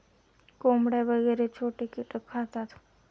कोंबड्या वगैरे छोटे कीटक खातात